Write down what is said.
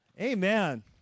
Amen